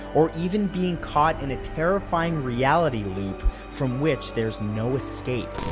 or even being caught in a terrifying reality loop from which there's no escape.